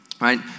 right